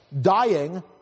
dying